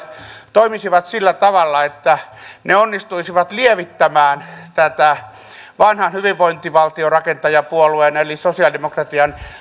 toimisivat sillä tavalla että ne onnistuisivat lievittämään tätä vanhan hyvinvointivaltiorakentajapuolueen eli sosialidemokratian